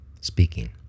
speaking